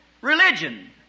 religion